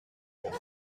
pour